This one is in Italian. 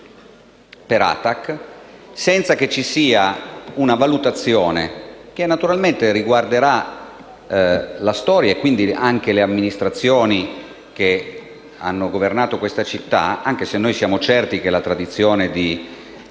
per questo - senza che ci sia una valutazione che naturalmente riguarderà la storia e, quindi, anche le amministrazioni che hanno governato questa Città, anche se noi siamo certi che la tradizione di